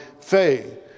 faith